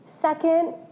Second